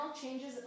changes